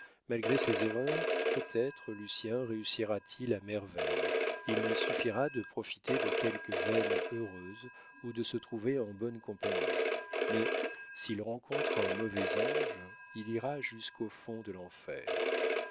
malgré ses erreurs peut-être lucien réussira t il à merveille il lui suffira de profiter de quelque veine heureuse ou de se trouver en bonne compagnie mais s'il rencontre un mauvais ange il ira jusqu'au fond de l'enfer